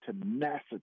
tenacity